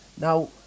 Now